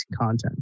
content